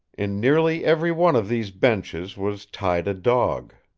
in nearly every one of these benches was tied a dog.